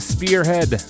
Spearhead